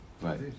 Right